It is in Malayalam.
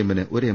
എമ്മിന് ഒരു എം